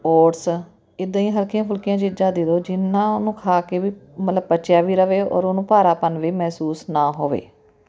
oats ਇੱਦਾਂ ਹੀ ਹਲਕੀਆਂ ਫੁਲਕੀਆਂ ਚੀਜ਼ਾਂ ਦੇ ਦਿਉ ਜਿੰਨਾਂ ਉਹਨੂੰ ਖਾ ਕੇ ਵੀ ਮਤਲਬ ਪਚਿਆ ਵੀ ਰਵੇ ਔਰ ਉਹਨੂੰ ਭਾਰਾਪਨ ਵੀ ਮਹਿਸੂਸ ਨਾ ਹੋਵੇ